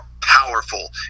powerful